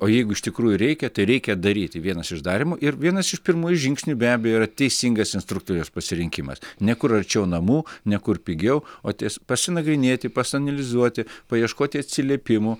o jeigu iš tikrųjų reikia tai reikia daryti vienas iš darymo ir vienas iš pirmųjų žingsnių be abejo yra teisingas instruktoriaus pasirinkimas ne kur arčiau namų ne kur pigiau o ties pasinagrinėti pasianalizuoti paieškoti atsiliepimų